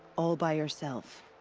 all by yourself?